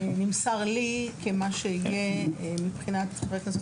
שנמסר לי כמה שיהיה מבחינת חבר הכנסת